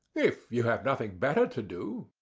if you have nothing better to do.